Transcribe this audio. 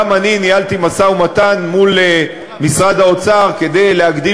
גם אני ניהלתי משא-ומתן עם משרד האוצר כדי להגדיל